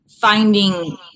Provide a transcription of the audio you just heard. finding